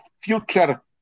future